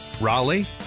Raleigh